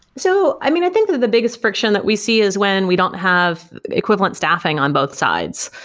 so i mean, i think that the biggest friction that we see is when we don't have equivalent staffing on both sides.